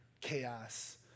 chaos